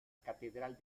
catedral